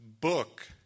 book